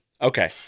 Okay